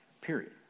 period